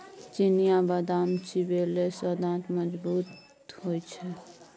चिनियाबदाम चिबेले सँ दांत मजगूत होए छै